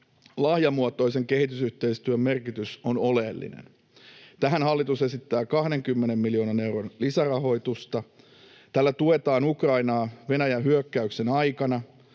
lahjamuotoisen kehitysyhteistyön merkitys on oleellinen. Tähän hallitus esittää 20 miljoonan euron lisärahoitusta. Tällä tuetaan Ukrainaa Venäjän hyökkäyksen aikana,